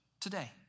today